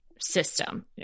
system